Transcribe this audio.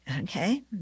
Okay